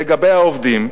לגבי העובדים,